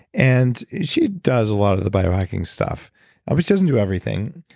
and she does a lot of the biohacking stuff but she doesn't do everything.